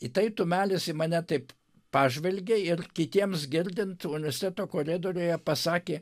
į tai tumelis į mane taip pažvelgė ir kitiems girdint universiteto koridoriuje pasakė